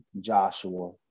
Joshua